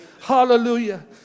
Hallelujah